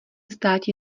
státi